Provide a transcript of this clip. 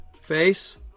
face